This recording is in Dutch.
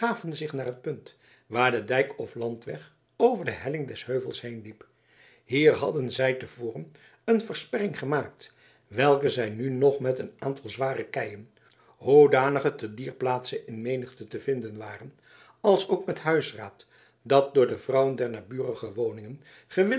begaven zich naar het punt waar de dijk of landweg over de helling des heuvels heenliep hier hadden zij te voren een versperring gemaakt welke zij nu nog met een aantal zware keien hoedanige te dier plaatse in menigte te vinden waren alsook met huisraad dat door de vrouwen der naburige woningen